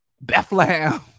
Bethlehem